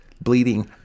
bleeding